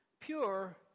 Pure